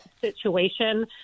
situation